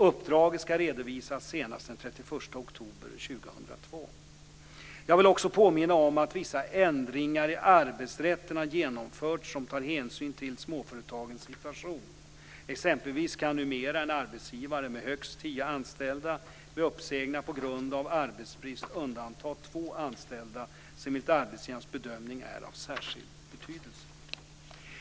Uppdraget ska redovisas senast den 31 oktober 2002. Jag vill också påminna om att vissa ändringar i arbetsrätten har genomförts som tar hänsyn till småföretagarnas situation. Exempelvis kan numera en arbetsgivare med högst tio anställda vid uppsägningar på grund av arbetsbrist undanta två anställda som enligt arbetsgivarens bedömning är av särskild betydelse.